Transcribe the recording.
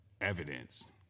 evidence